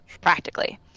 practically